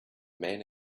man